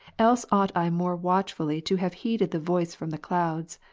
else ought i more watchfully to have heeded the voice from the clouds